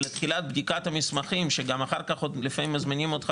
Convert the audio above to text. לתהליך בדיקת המסמכים ואז יכול להיות שמזמינים אותך